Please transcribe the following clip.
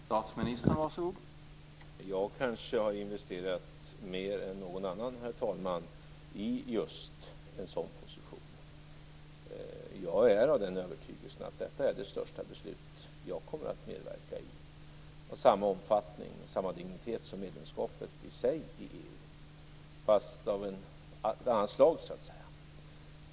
Herr talman! Jag har kanske investerat mer än någon annan i just en sådan position. Jag har den övertygelsen att detta är det största beslut som jag kommer att medverka i, av samma omfattning och dignitet som medlemskapet i EU fastän av ett annat slag.